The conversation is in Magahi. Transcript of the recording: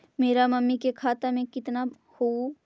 मेरा मामी के खाता में कितना हूउ?